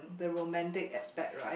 the romantic aspect right